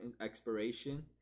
expiration